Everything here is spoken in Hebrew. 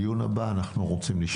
ובדיון הבא נרצה לשמוע מה קורה.